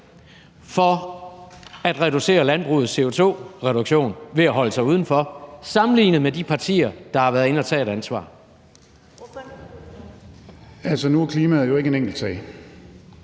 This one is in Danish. for at reducere landbrugets CO2-udledning ved at holde sig udenfor sammenlignet med de partier, der har været inde og tage et ansvar. Kl. 19:20 Første næstformand